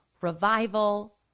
revival